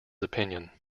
opinion